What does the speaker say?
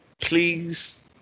please